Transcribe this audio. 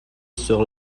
sur